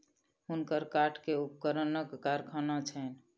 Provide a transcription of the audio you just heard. हुनकर काठ के उपकरणक कारखाना छैन